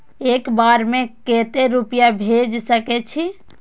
एक बार में केते रूपया भेज सके छी?